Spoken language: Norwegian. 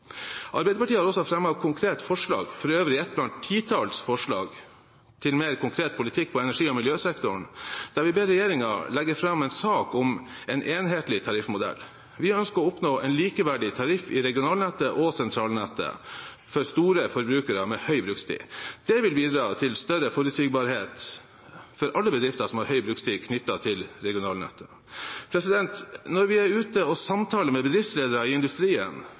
Arbeiderpartiet med flere har også fremmet et konkret forslag – for øvrig ett blant titalls forslag – til mer konkret politikk på energi- og miljøsektoren, der vi ber regjeringen legge fram en sak om en enhetlig tariffmodell. Vi ønsker å oppnå en likeverdig tariff i regionalnettet og sentralnettet for store forbrukere med høy brukstid. Det vil bidra til større forutsigbarhet for alle bedrifter som har høy brukstid knyttet til regionalnettet. Når vi er ute og samtaler med bedriftsledere i industrien,